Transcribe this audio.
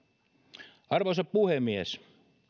arvoisa puhemies